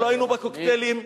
כי, שוב, לא היינו בקוקטיילים.